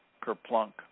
Kerplunk